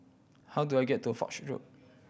how do I get to Foch Road